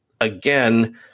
again